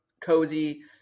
cozy